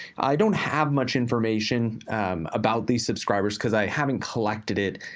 i don't have much information about these subscribers because i haven't collected it,